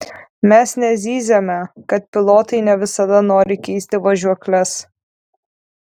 mes nezyziame kad pilotai ne visada nori keisti važiuokles